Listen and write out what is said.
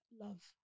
love